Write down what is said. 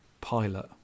pilot